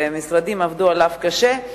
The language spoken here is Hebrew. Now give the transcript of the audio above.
והמשרדים עבדו עליו קשה,